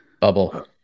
Bubble